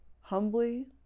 humbly